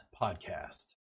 Podcast